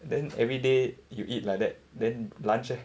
then every day you eat like that then lunch eh